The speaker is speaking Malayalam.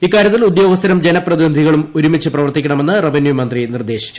ഇക്കാരൃത്തിൽ ഉദ്യോഗസ്ഥരും ജനപ്രതിനിധികളും ഒരുമിച്ച് പ്രവർത്തിക്കണമെന്ന് റവന്യൂമന്ത്രി നിർദ്ദേശിച്ചു